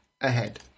ahead